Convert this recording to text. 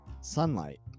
sunlight